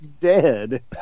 dead